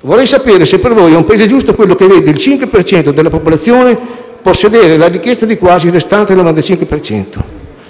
vorrei sapere se per voi è un Paese giusto quello che vede il 5 per cento della popolazione possedere la ricchezza di quasi il restante 95